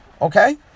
Okay